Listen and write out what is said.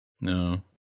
No